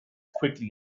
quickly